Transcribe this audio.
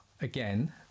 again